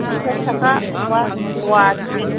पन्सास थाखा अबावबा पवा त्रिस